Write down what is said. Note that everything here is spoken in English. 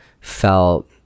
felt